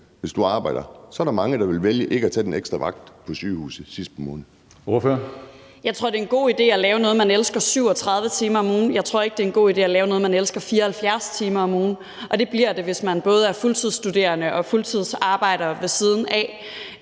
10:37 Tredje næstformand (Karsten Hønge): Ordføreren. Kl. 10:37 Sofie Lippert (SF): Jeg tror, det er en god idé at lave noget, man elsker, 37 timer om ugen. Jeg tror ikke, det er en god idé at lave noget, man elsker, 74 timer om ugen, og det bliver det, hvis man både er fuldtidsstuderende og fuldtidsarbejder ved siden af.